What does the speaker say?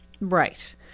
Right